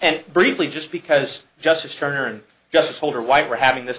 and briefly just because justice turner and justice holder white were having this